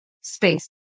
space